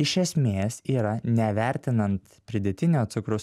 iš esmės yra nevertinant pridėtinio cukrus